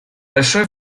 большое